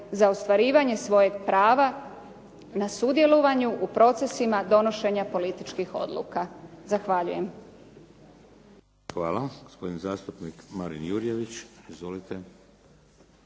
za ostvarivanje svojeg prava na sudjelovanje u procesima donošenja političkih odluka. Zahvaljujem. **Šeks, Vladimir (HDZ)** Hvala. Gospodin zastupnik Marin Jurjević. Izvolite.